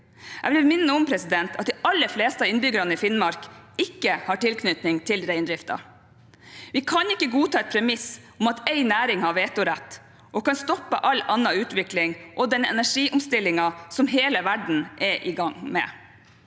Jeg vil minne om at de aller fleste av innbyggerne i Finnmark ikke har tilknytning til reindriften. Vi kan ikke godta et premiss om at én næring har vetorett og kan stoppe all annen utvikling og den energiomstillingen som hele verden er i gang med.